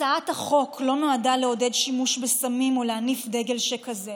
הצעת החוק לא נועדה לעודד שימוש בסמים או להניף דגל שכזה.